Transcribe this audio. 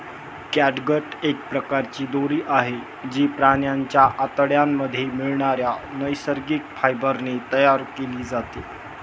catgut एक प्रकारची दोरी आहे, जी प्राण्यांच्या आतड्यांमध्ये मिळणाऱ्या नैसर्गिक फायबर ने तयार केली जाते